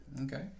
okay